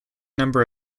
number